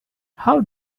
how